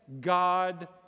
God